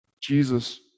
Jesus